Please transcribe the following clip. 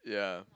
yeah